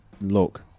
Look